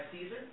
caesar